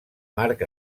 marc